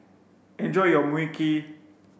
enjoy your Mui Kee